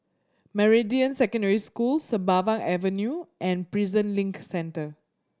Meridian Secondary School Sembawang Avenue and Prison Link Centre